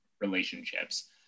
relationships